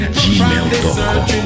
gmail.com